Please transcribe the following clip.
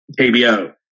KBO